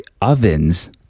ovens